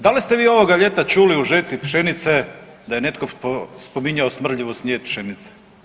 Da li ste vi ovoga ljeta čuli o žetvi pšenice da je netko spominjao smrdljivost pšenice.